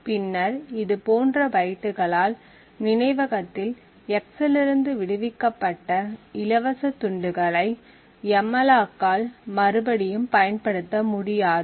பின்னர் இது போன்ற பைட்டுகளால் நினைவகத்தில் x இல் இருந்து விடுவிக்கப்பட்ட இலவச துண்டுகளை எம்மலாக் ஆல் மறுபடியும் பயன்படுத்த முடியாது